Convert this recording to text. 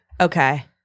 Okay